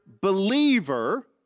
believer